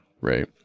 right